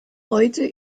heute